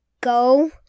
go